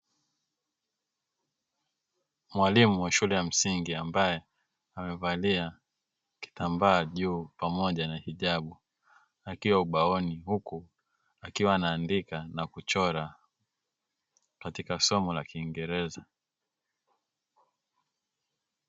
Mwalimu wa shule ya msingi ambaye amevalia kitamba juu pamoja na hijabu, akiwa ubaoni huku akiwa anaandika na kuchora katika somo la kiingereza.